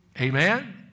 Amen